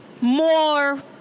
more